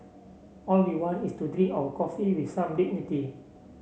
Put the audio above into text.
all we want is to drink our coffee with some dignity